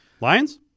Lions